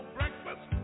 breakfast